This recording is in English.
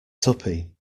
tuppy